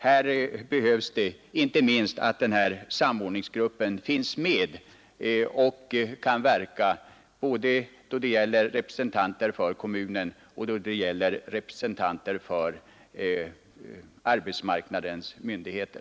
Här behövs det en samordningsgrupp som arbetar i nära kontakt med representanter för kommuner och arbetsmarknadsmyndigheter.